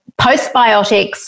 postbiotics